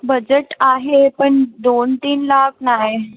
budget आहे पण दोनतीन लाख नाही